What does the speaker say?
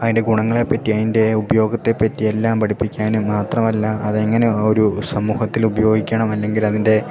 അതിൻ്റെ ഗുണങ്ങളെപ്പറ്റി അതിൻ്റെ ഉപയോഗത്തെപ്പറ്റി എല്ലാം പഠിപ്പിക്കാനും മാത്രമല്ല അതെങ്ങനെ ഒരു സമൂഹത്തിലുപയോഗിക്കണം അല്ലെങ്കിലതിൻ്റെ